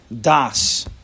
das